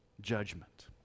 judgment